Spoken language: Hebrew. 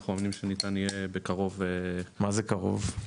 אנחנו מאמינים שניתן יהיה בקרוב --- מה זה קרוב?